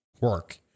work